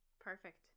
Perfect